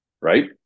right